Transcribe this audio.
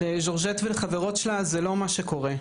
ולז'ורז'ט ולחברות שלה זה לא תמיד מה שקורה.